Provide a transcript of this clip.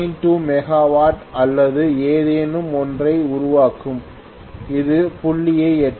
2 megawatt அல்லது ஏதேனும் ஒன்றை உருவாக்கும் ஒரு புள்ளியை எட்டும்